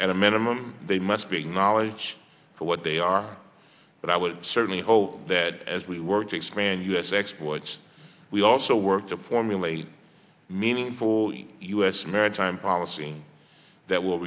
at a minimum they must be acknowledged for what they are but i would certainly hope that as we work to expand u s exports we also work to formulate a meaningful u s maritime policy that will